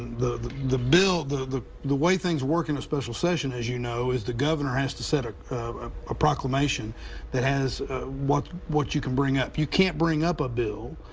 the the bill, the the way things work in a special session as you know, is the governor has to send ah ah a proclimation that has what what you can bring up. you can't bring up a bill,